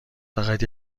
فقط